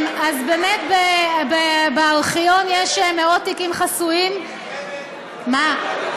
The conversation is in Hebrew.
אז באמת בארכיון יש מאות תיקים חסויים, זהו?